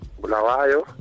Bulawayo